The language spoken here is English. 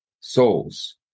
souls